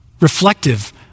Reflective